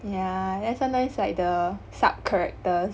yeah then sometimes like the sub characters